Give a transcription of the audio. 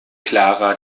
clara